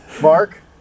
Mark